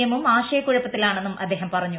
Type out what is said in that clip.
എമ്മും ആശയ കുഴപ്പത്തിലാണെന്നും അദ്ദേഹം പറഞ്ഞു